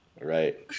Right